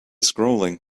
scrolling